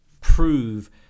prove